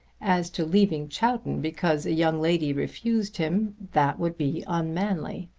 as to leaving chowton because a young lady refused him, that would be unmanly